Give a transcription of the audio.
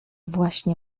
właśnie